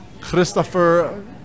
Christopher